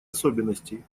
особенностей